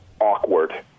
awkward